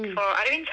mm